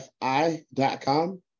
fi.com